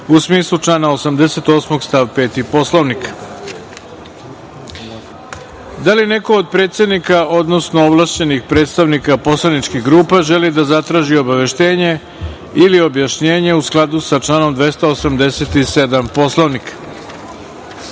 u smislu člana 88. stav 5. Poslovnika. Da li neko od predsednika, odnosno ovlašćenih predstavnika poslaničkih grupa želi da zatraži obaveštenje ili objašnjenje u skladu sa članom 287. Poslovnika?